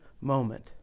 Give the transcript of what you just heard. moment